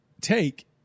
take